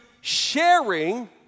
sharing